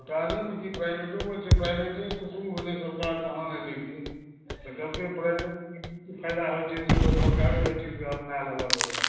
सरकारीमे की प्राइवेटोमे छै प्राइवेटेसंँ शुरू भेलै सरकार तहन एलै कि देखलकै प्राइवेटके फायदा होइत छै तऽ से तऽसरकारो एहि चीजक अपना लेलक अपन